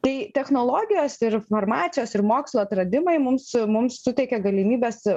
tai technologijos ir farmacijos ir mokslo atradimai mums mums suteikia galimybes